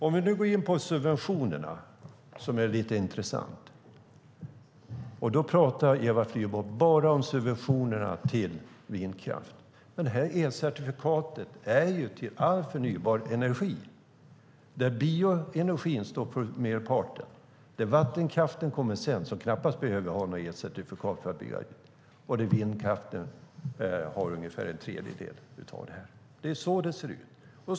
Vi kan nu gå in på subventionerna - det är lite intressant. Då pratar Eva Flyborg bara om subventionerna till vindkraft. Men det här elcertifikatet är ju till all förnybar energi. Bioenergin står för merparten. Sedan kommer vattenkraften, som knappast behöver ha något elcertifikat. Vindkraften har ungefär en tredjedel av det här. Det är så det ser ut.